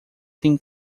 têm